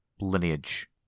lineage